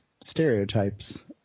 stereotypes